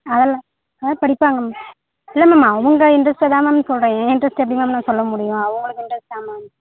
அதெல்லாம் நல்லா படிப்பாங்க மேம் இல்லை மேம் அவங்க இண்ட்ரெஸ்ட்டு தான் மேம் சொல்கிறேன் ஏன் இண்ட்ரெஸ்ட் எப்படி மேம் நான் சொல்ல முடியும் அவங்களுக்கு இண்ட்ரெஸ்ட் தான் மேம்